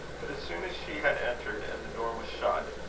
but as soon as she had entered, and the door was shut,